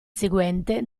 seguente